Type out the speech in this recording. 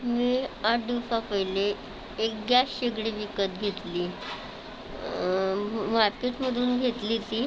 मी आठ दिवसापहिले एक गॅस शेगडी विकत घेतली मार्केटमधून घेतली ती